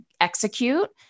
execute